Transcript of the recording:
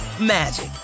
magic